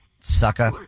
sucker